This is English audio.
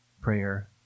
prayer